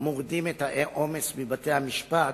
מורידים את העומס מבתי-המשפט,